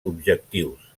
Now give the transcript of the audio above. objectius